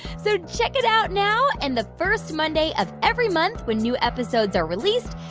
so check it out now and the first monday of every month when new episodes are released.